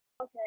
okay